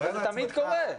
אבל זה תמיד קורה.